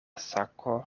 sako